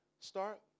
Start